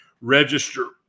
register